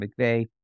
McVeigh